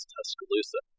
Tuscaloosa